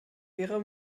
wäre